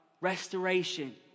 restoration